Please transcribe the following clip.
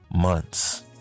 months